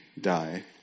die